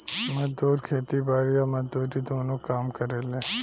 मजदूर खेती बारी आ मजदूरी दुनो काम करेले